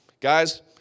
Guys